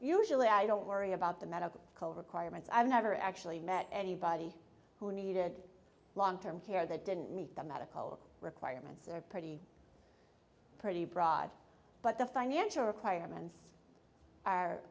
usually i don't worry about the medical requirements i'm never actually met anybody who needed long term care that didn't meet the medical requirements are pretty pretty broad but the financial requirements are